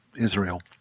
Israel